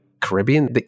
Caribbean